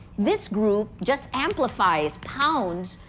this group just amplifies, pounds,